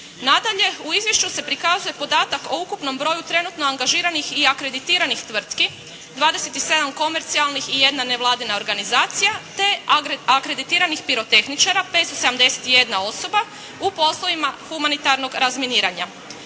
Nadalje, u izvješću se prikazuje podatak o ukupnom broju trenutno angažiranih i akreditiranih tvrtki, 27 komercijalnih i 1 nevladina organizacija, te akreditiranih pirotehničara 571 osoba u poslovima humanitarnog razminiranja.